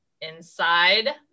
inside